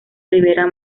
rivera